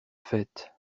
fête